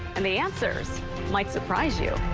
and the answer might surprise you.